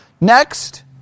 next